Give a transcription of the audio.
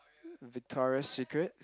Victoria Secret